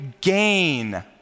gain